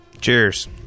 Cheers